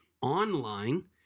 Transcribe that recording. online